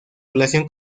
relación